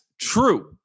true